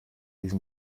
diese